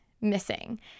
missing